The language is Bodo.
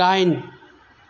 दाइन